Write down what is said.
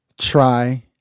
try